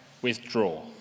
withdraw